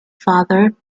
father